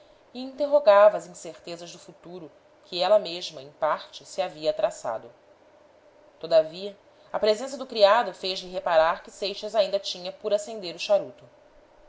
as incertezas do futuro que ela mesma em parte se havia traçado todavia a presença do criado fez-lhe reparar que seixas ainda tinha por acender o charuto